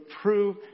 prove